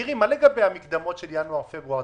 מירי, מה לגבי המקדמות של ינואר-פברואר?